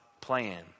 plan